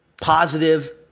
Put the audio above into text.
positive